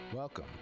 Welcome